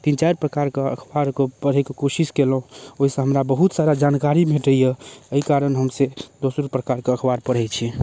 तीन चारि प्रकारके अखबारके पढ़ैके कोशिश कयलहुँ ओइसँ हमरा बहुत सारा जानकारी भेटै यऽ अइ कारण हम से दोसरो प्रकारके अखबार पढ़ै छी